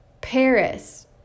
paris